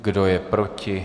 Kdo je proti?